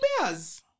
bears